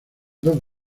dos